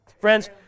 Friends